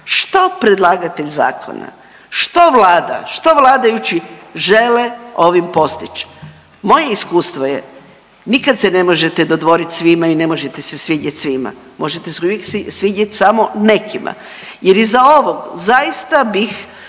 što predlagatelj zakona, što Vlada, što vladajući žele ovim postići? Moje iskustvo je nikad se ne možete dodvoriti svima i ne možete se svidjet svima. Možete se uvijek svidjeti samo nekima, jer iza ovog zaista bih